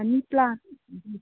money plant